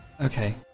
Okay